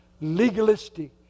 legalistic